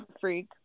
freak